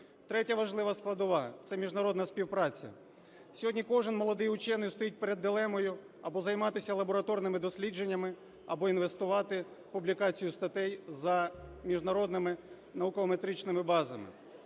Третя важлива складова – це міжнародна співпраця. Сьогодні кожен молодий учений стоїть перед дилемою: або займатися лабораторними дослідженнями, або інвестувати в публікацію статей за міжнародними наукометричними базами.